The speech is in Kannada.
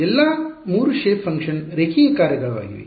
ಆದ್ದರಿಂದ ಈ ಎಲ್ಲಾ 3 ಶೆಪ್ ಫಂಕ್ಷನ್ ರೇಖೀಯ ಕಾರ್ಯಗಳಾಗಿವೆ